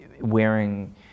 wearing